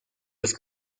los